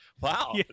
wow